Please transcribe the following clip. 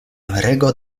rego